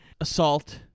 assault